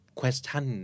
question